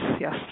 yes